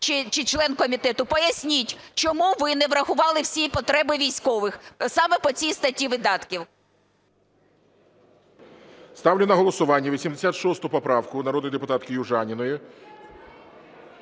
чи член комітету поясніть, чому ви не врахували всі потреби військових, саме по цій статті видатків? ГОЛОВУЮЧИЙ. Ставлю на голосування 86 поправку народної депутатки Южаніної.